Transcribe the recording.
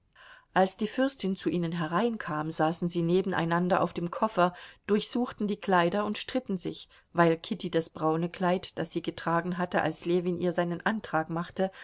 als die fürstin zu ihnen hereinkam saßen sie nebeneinander auf dem koffer durchsuchten die kleider und stritten sich weil kitty das braune kleid das sie getragen hatte als ljewin ihr seinen antrag machte